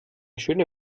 schöne